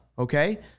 Okay